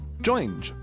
Join